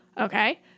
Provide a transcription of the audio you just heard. okay